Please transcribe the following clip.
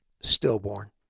stillborn